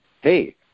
hey